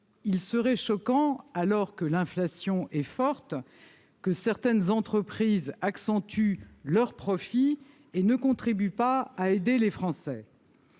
il serait choquant, alors que l'inflation est forte, que certaines entreprises accroissent leurs profits et ne contribuent pas à aider les Français.